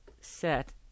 set